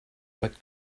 but